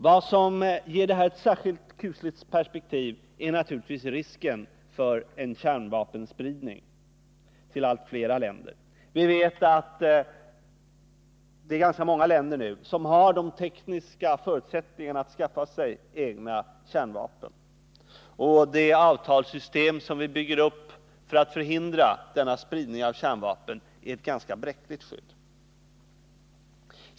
Vad som ger detta ett särskilt kusligt perspektiv är naturligtvis risken för en kärnvapenspridning till allt flera länder. Vi vet att ganska många länder nu har de tekniska förutsättningarna för att skaffa sig egna kärnvapen, och det avtalssystem som vi bygger upp för att förhindra denna spridning av kärnvapen är ett ganska bräckligt skydd.